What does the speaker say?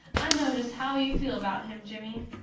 i no just how you feel about him jimmy.